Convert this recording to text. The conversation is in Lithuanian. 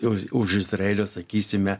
jos už izraelio sakysime